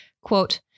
Quote